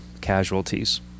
casualties